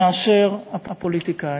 מאשר הפוליטיקאים.